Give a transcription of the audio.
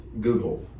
Google